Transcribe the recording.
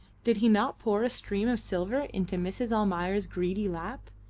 did he not pour a stream of silver into mrs. almayer's greedy lap?